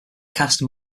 caste